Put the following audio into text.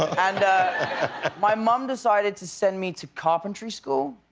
and my mum decided to send me to carpentry school.